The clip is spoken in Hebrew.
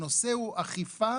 הנושא הוא אכיפה